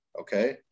Okay